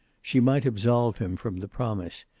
she might absolve him from the promise,